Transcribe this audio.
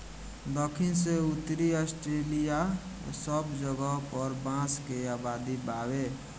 दखिन से उत्तरी ऑस्ट्रेलिआ सब जगह पर बांस के आबादी बावे